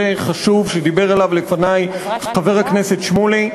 חשוב שדיבר עליו לפני חבר הכנסת שמולי,